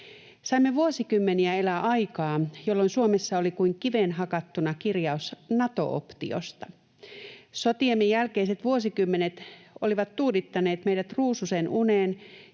Saimme vuosikymmeniä elää aikaa, jolloin Suomessa oli kuin kiveen hakattuna kirjaus Nato-optiosta. Sotiemme jälkeiset vuosikymmenet olivat tuudittaneet meidät ruususenuneen,